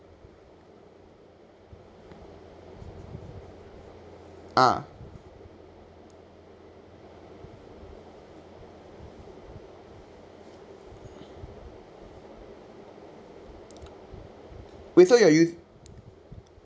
ah wait so you're us~